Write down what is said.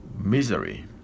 misery